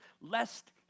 lest